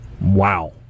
Wow